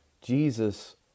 Jesus